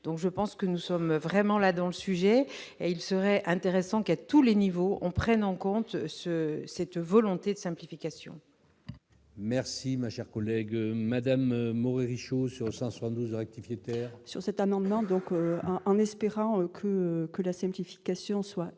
donc je pense que nous sommes vraiment là dans le sujet et il serait intéressant qu'à tous les niveaux on prenne en compte ce cette volonté de simplification. Merci, ma chère collègue Madame Maury Show sur 172 rectifier terre. Sur cet amendement, donc, en espérant que que la simplification soit